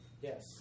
Yes